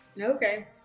Okay